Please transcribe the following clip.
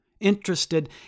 interested